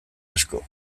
asko